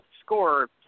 score